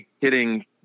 hitting